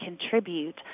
contribute